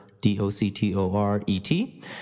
D-O-C-T-O-R-E-T